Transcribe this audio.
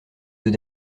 deux